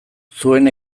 zuen